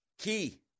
key